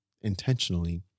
intentionally